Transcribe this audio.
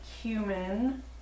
cumin